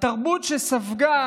התרבות שספגה